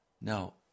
Now